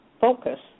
focus